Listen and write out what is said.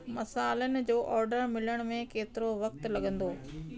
मसाल्हनि जो ऑडर मिलण में केतिरो वक़्तु लॻंदो